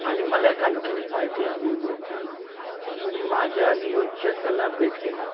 आणि मला एक आणखीन एक माहिती हवी होती की मी माझ्या नियोजकाला भेटलेला